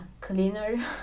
cleaner